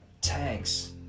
tanks